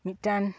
ᱢᱤᱫᱴᱮᱱ